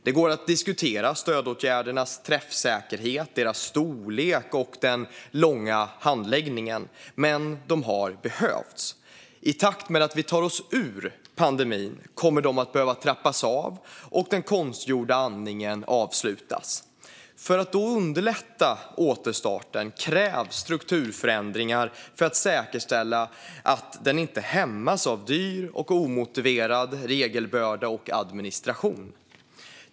Det går att diskutera stödåtgärdernas träffsäkerhet, deras storlek och den långa handläggningen, men de har behövts. I takt med att vi tar oss ur pandemin kommer de att behöva trappas av och den konstgjorda andningen avslutas. För att då underlätta återstarten krävs strukturförändringar för att säkerställa att den inte hämmas av dyr och omotiverad regelbörda och administration.